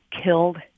killed